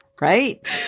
Right